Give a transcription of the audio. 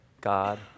God